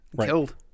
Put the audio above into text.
Killed